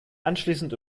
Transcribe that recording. anschließend